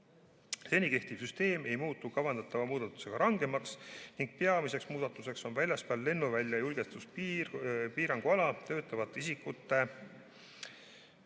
Seni kehtiv süsteem ei muutu kavandatava muudatusega rangemaks ning peamiseks muudatuseks on väljaspool lennuvälja julgestuspiiranguala töötavate isikute